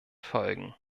folgen